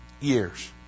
years